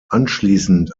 anschließend